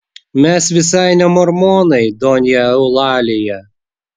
mes visai ne mormonai donja eulalija